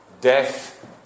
death